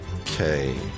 Okay